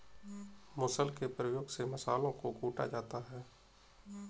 मुसल के प्रयोग से मसालों को कूटा जाता है